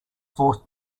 forced